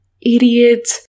idiot